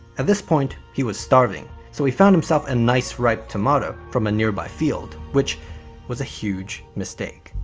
at this point he was starving. so he found himself a nice ripe tomato from a nearby field, which was a huge mistake.